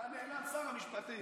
לאן נעלם שר המשפטים?